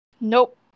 Nope